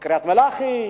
קריית-מלאכי,